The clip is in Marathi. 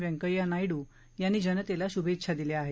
व्यकय्या नायड ्यांनी जनतेला शुभेच्छा दिल्या आहेत